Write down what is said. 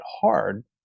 hard